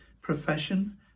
profession